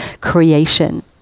creation